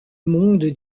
monde